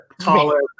Taller